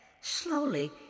Slowly